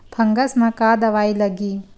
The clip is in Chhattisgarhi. फंगस म का दवाई लगी?